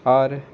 R